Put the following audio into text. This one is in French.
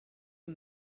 eux